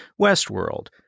Westworld